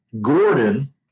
Gordon